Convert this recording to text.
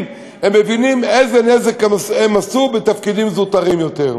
הם מבינים איזה נזק הם עשו בתפקידים זוטרים יותר.